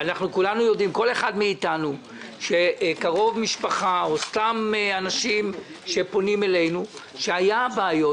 כל אחד מאיתנו יודע מקרוב משפחה או מסתם אנשים על כך שהיו בעיות.